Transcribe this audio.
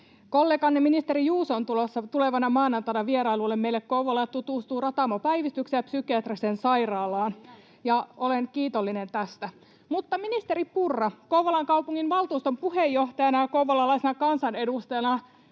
Kolleganne ministeri Juuso on tulossa tulevana maanantaina vierailulle meille Kouvolaan ja tutustuu Ratamo-päivystykseen ja psykiatriseen sairaalaan, ja olen kiitollinen tästä. Ministeri Purra, Kouvolan kaupunginvaltuuston puheenjohtajana ja kouvolalaisena kansanedustajana